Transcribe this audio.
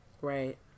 right